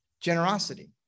Generosity